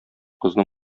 кызны